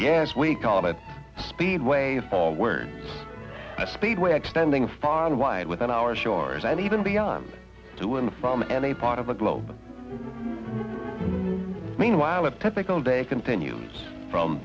as we call it speedway hall where a speedway extending far and wide within our shores and even beyond to in from any part of the globe meanwhile of typical day continues from